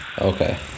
Okay